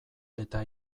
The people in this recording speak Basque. eta